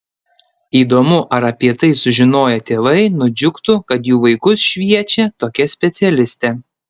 įdomu ar apie tai sužinoję tėvai nudžiugtų kad jų vaikus šviečia tokia specialistė